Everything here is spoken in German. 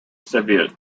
serviert